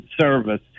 service